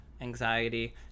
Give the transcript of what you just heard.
anxiety